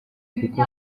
kuko